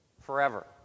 forever